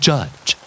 Judge